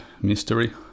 mystery